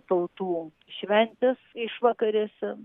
tautų šventės išvakarėse